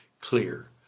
clear